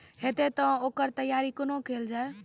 हेतै तअ ओकर तैयारी कुना केल जाय?